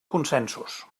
consensos